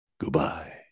goodbye